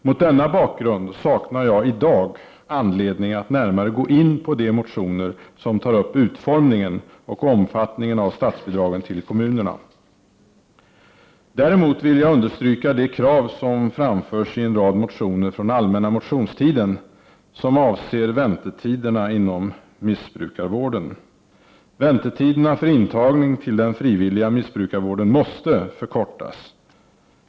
Mot denna bakgrund saknar jag i dag anledning att närmare gå in på de motioner där utformningen och omfattningen av statsbidragen till kommunerna tas upp. Däremot vill jag understryka de krav som framförs i en rad motioner från allmänna motionstiden som avser väntetiderna inom missbrukarvården. Väntetiderna för intagning till den frivilliga missbrukarvården måste förkortas.